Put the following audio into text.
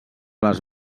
les